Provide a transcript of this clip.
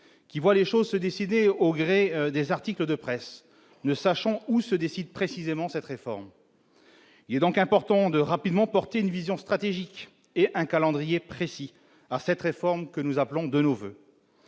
qui voient les choses se dessiner au gré des articles de presse, ne sachant où se décide précisément cette réforme. Il importe donc de définir rapidement une vision stratégique et un calendrier précis pour cette réforme que nous appelons de nos voeux.